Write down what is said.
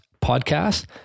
podcast